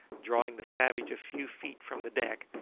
drawing the savage a few feet from the deck,